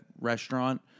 restaurant